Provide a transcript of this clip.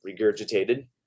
regurgitated